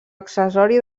accessori